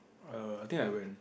err I think I went